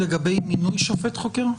לגבי מינוי שופט חוקר?